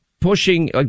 pushing